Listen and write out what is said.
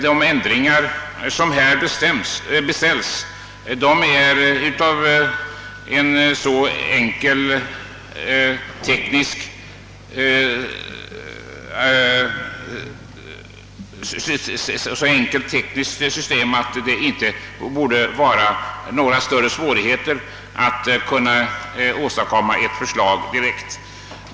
De ändringar som här beställs är tekniskt så enkla att det inte borde vara några större svårigheter att åstadkomma ett förslag direkt.